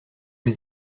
les